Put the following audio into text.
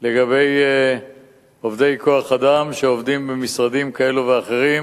לגבי עובדי כוח-אדם שעובדים במשרדים כאלה ואחרים